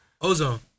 ozone